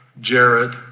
Jared